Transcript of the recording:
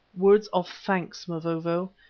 words of thanks, mavovo.